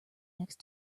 next